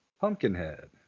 Pumpkinhead